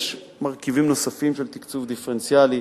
יש מרכיבים נוספים של תקצוב דיפרנציאלי.